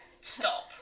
Stop